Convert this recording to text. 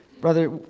brother